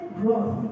growth